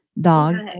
Dogs